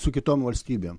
su kitom valstybėm